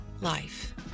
life